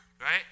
right